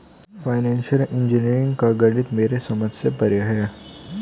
financial engineering का गणित मेरे समझ से परे है